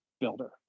builder